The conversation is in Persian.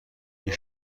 این